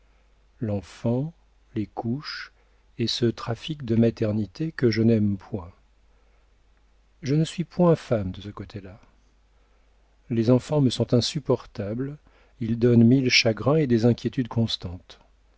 l'enfant les couches et ce trafic de maternité que je n'aime point je ne suis point femme de ce côté-là les enfants me sont insupportables ils donnent mille chagrins et des inquiétudes constantes